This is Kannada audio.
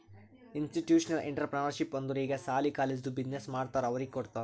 ಇನ್ಸ್ಟಿಟ್ಯೂಷನಲ್ ಇಂಟ್ರಪ್ರಿನರ್ಶಿಪ್ ಅಂದುರ್ ಈಗ ಸಾಲಿ, ಕಾಲೇಜ್ದು ಬಿಸಿನ್ನೆಸ್ ಮಾಡ್ತಾರ ಅವ್ರಿಗ ಅಂತಾರ್